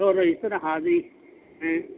سو register حاضری ہیں